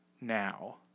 now